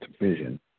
vision